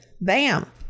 Bam